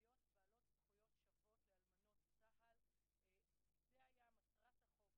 להיות בעלות זכויות שוות לאלמנות צה"ל - זה היה מטרת החוק,